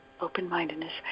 open-mindedness